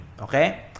okay